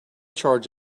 charge